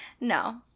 no